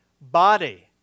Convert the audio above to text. body